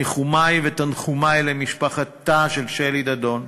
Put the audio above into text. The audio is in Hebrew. ניחומי ותנחומי למשפחתה של שלי דדון,